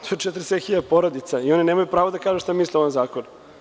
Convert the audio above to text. To je 47.000 porodica i oni nemaju pravo da kažu šta misle o ovom zakonu.